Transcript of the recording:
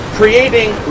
creating